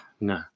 no